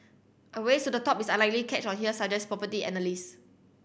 a race to the top is unlikely catch on here suggest property analysts